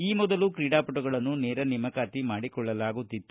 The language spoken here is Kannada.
ಈ ಮೊದಲು ಕ್ರೀಡಾಪಟುಗಳನ್ನು ನೇರ ನೇಮಕಾತಿ ಮಾಡಿಕೊಳ್ಳಲಾಗುತ್ತಿತ್ತು